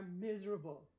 miserable